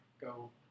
go